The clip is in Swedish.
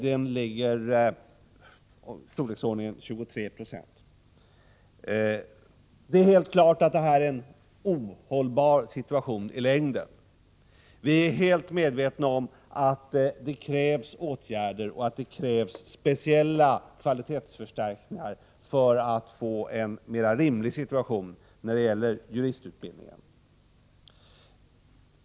Den är av storleksordningen 23 20. Det är helt klart att det i längden är en ohållbar situation. Vi är helt medvetna om att det krävs åtgärder och att det krävs speciella kvalitetsförstärkningar för att få till stånd en mera rimlig situation när det gäller juristutbildningen.